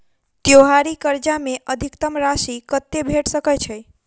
त्योहारी कर्जा मे अधिकतम राशि कत्ते भेट सकय छई?